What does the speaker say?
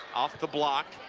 off the block.